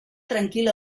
tranquil